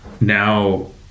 now